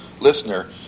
listener